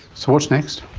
so what's next?